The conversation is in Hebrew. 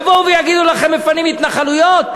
יבואו ויגידו לכם, מפנים התנחלויות?